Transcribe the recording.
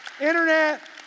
internet